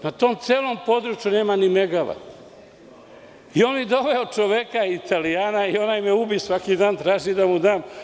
Na tom celu području nema ni megavat i on mi doveo čoveka Italijana i on me ubi jer mi svaki dan traži da mu dam.